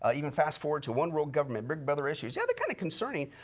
ah even fast forward to one world government, big brother issues. yeah they are kind of concerning,